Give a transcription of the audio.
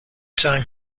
time